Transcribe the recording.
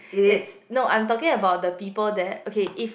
it's no I'm talking about the people there okay if